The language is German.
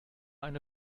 eine